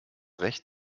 recht